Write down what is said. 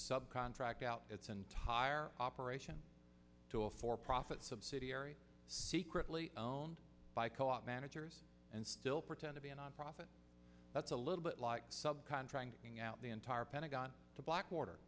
sub contract out its entire operation to a for profit subsidiary secretly owned by co op managers and still pretend to be a nonprofit that's a little bit like sub contracting out the entire pentagon to blackwater